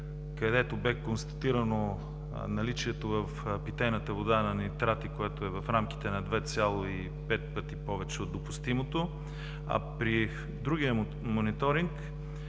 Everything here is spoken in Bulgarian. където бе констатирано наличие на нитрати в питейната вода, което е в рамките на 2,5 пъти повече от допустимото. При другия мониторинг